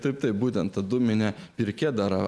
taip tai būtent dūmine pirkia dar